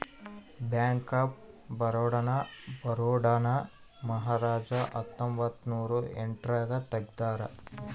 bank of Baroda ನ ಬರೋಡಾದ ಮಹಾರಾಜ ಹತ್ತೊಂಬತ್ತ ನೂರ ಎಂಟ್ ರಾಗ ತೆಗ್ದಾರ